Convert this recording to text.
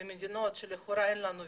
ממדינות שלכאורה לא צריכים